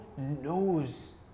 Knows